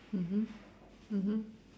mmhmm mmhmm